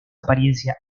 apariencia